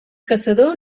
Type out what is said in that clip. caçador